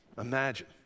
Imagine